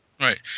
Right